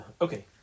Okay